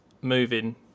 moving